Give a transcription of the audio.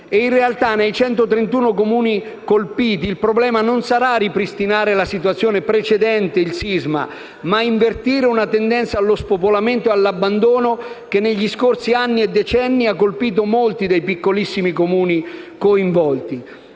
In realtà, nei 131 Comuni colpiti il problema non sarà ripristinare la situazione precedente al sisma, ma invertire una tendenza allo spopolamento e all'abbandono che, negli scorsi anni e decenni, ha colpito molti dei piccolissimi Comuni coinvolti.